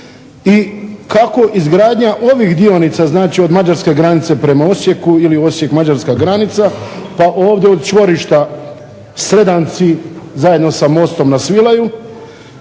i kako izgradnja ovih dionica znači od mađarske granice prema Osijeku ili Osijek-mađarska granica pa ovdje od čvorišta Sredanci, zajedno za mostom na Svilaju,